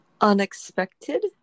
Unexpected